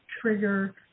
trigger